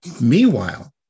Meanwhile